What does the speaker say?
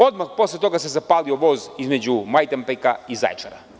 Odmah posle toga se zapalio voz između Majdanpeka i Zaječara.